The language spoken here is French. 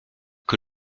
que